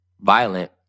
violent